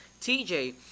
TJ